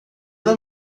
não